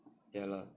ya lah